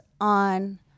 on